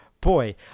Boy